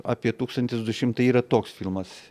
apie tūkstantis du šimtai yra toks filmas